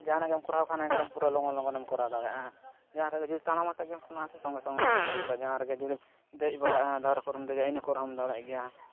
ᱡᱟᱦᱟᱱᱟᱜ ᱜᱮᱢ ᱠᱚᱨᱟᱣ ᱠᱷᱟᱱ ᱮᱠᱫᱚᱢ ᱯᱩᱨᱟᱹ ᱞᱚᱜᱚᱱ ᱞᱚᱜᱚᱱᱮᱢ ᱠᱚᱨᱟᱣᱫᱟᱲᱮᱭᱟᱜᱼᱟ ᱡᱟᱦᱟᱸ ᱥᱮᱫᱜᱮ ᱡᱩᱫᱤ ᱛᱟᱲᱟᱢ ᱟᱛᱮᱢ ᱥᱮᱱᱚᱜᱼᱟ ᱥᱮ ᱥᱚᱸᱜᱮ ᱥᱚᱸᱜᱮᱢ ᱥᱮᱴᱮᱨ ᱜᱚᱫᱟ ᱡᱟᱦᱟᱸ ᱨᱮᱜᱮ ᱡᱩᱫᱤᱢ ᱫᱮᱡ ᱵᱟᱲᱟᱜᱼᱟ ᱫᱟᱨᱮ ᱠᱚᱨᱮᱢ ᱫᱮᱡᱚᱜᱼᱟ ᱤᱱᱟᱹ ᱠᱚᱨᱮᱢ ᱫᱟᱹᱲᱮᱫ ᱜᱮᱭᱟ